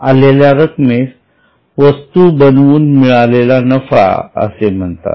आलेल्या रक्कमेस वस्तू बनवून मिळालेला नफा असे म्हणतात